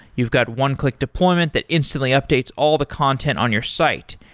you've got one-click deployment that instantly updates all the content on your site.